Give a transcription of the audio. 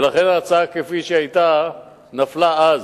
ולכן, ההצעה כפי שהיתה נפלה אז,